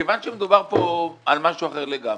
כיוון שמדובר כאן על משהו אחר לגמרי,